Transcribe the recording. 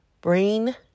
brain